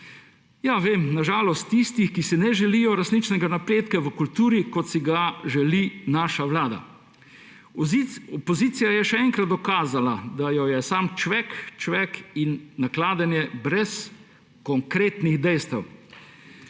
Ja, vem, na žalost tisti, ki si ne želijo resničnega napredka v kulturi, kot si ga želi naša vlada. Opozicija je še enkrat dokazala, da jo je sam čvek, čvek in nakladanje, brez konkretnih dejstev.